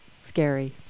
scary